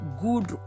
good